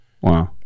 wow